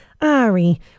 Ari